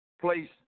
place